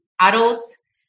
adults